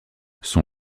son